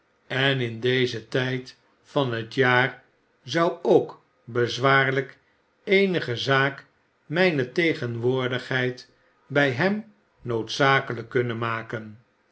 en in dezen tijd van het jaar zou ook bezwaarlijk eenige zaak mijne tegenwoordigheid bij hem noodzakelijk kunnen maken